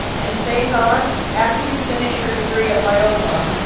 and cesar, after you finish your degree at loyola,